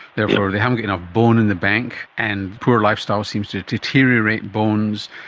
therefore they haven't got enough bone in the bank and poor lifestyle seems to deteriorate bones.